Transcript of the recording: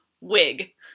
wig